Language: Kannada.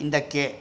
ಹಿಂದಕ್ಕೆ